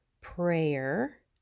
prayer